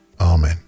Amen